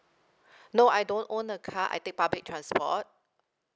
no I don't own a car I take public transport